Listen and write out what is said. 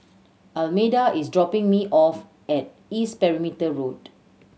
Almeda is dropping me off at East Perimeter Road